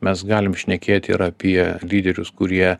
mes galim šnekėti ir apie lyderius kurie